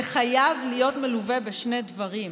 זה חייב להיות מלווה בשני דברים: